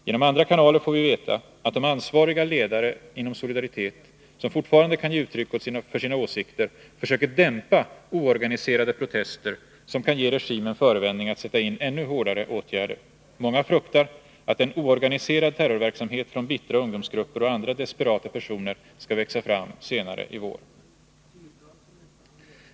Genom andra kanaler får vi veta att de ansvariga ledare inom Solidaritet som fortfarande kan ge uttryck för sina åsikter försöker dämpa oorganiserade protester, som kan ge regimen förevändning att sätta in ännu hårdare åtgärder. Många fruktar att en oorganiserad terrorverksamhet från bittra ungdomsgrupper och andra desperata personer skall växa fram senare i vår.